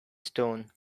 stone